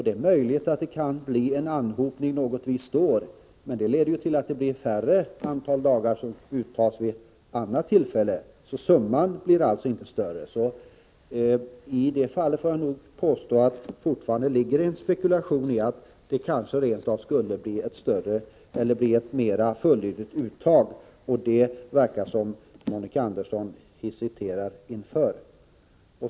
Det är möjligt att det kan bli en anhopning något år, men det leder ju till att ett mindre antal dagar tas ut ett annat år. Summan blir alltså inte större. Därför vill jag vidhålla att det här nog föreligger en spekulation från i att det kanske skulle bli ett mer fullödigt uttag, och detta verkar det som om Monica Andersson hesiterar inför.